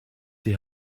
die